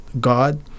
God